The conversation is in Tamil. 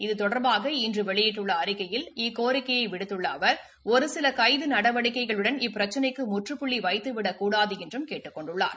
இது தொடர்பாக இன்று வெளியிட்டுள்ள அறிக்கையில் இக்கோரிக்கையை விடுத்துள்ள அவர் ஒரு சில கைது நடவடிக்கைகளுடன் இப்பிரச்சினைக்கு முற்றுப்புள்ளி வைத்துவிடக்கூடாது என்று கேட்டுக் கொண்டுள்ளார்